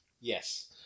Yes